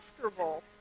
comfortable